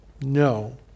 No